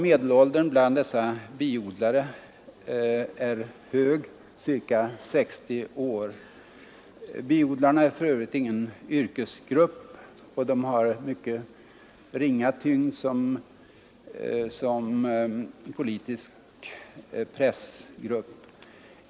Medelåldern bland dessa biodlare är hög — cirka 60 år. Biodlarna är för övrigt ingen yrkesgrupp, och de har ringa tyngd som politisk påtryckningsgrupp.